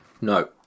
No